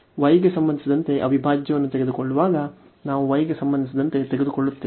y ಗೆ ಸಂಬಂಧಿಸಿದಂತೆ ಅವಿಭಾಜ್ಯವನ್ನು ತೆಗೆದುಕೊಳ್ಳುವಾಗ ನಾವು y ಗೆ ಸಂಬಂಧಿಸಿದಂತೆ ತೆಗೆದುಕೊಳ್ಳುತ್ತೇವೆ